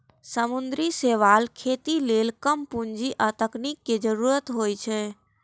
समुद्री शैवालक खेती लेल कम पूंजी आ तकनीक के जरूरत होइ छै